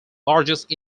largest